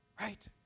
right